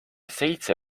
seitse